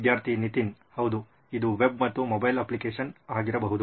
ವಿದ್ಯಾರ್ಥಿ ನಿತಿನ್ ಹೌದು ಇದು ವೆಬ್ ಮತ್ತು ಮೊಬೈಲ್ ಅಪ್ಲಿಕೇಶನ್ ಆಗಿರಬಹುದು